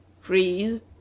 Freeze